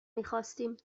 میخواستیم